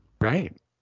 right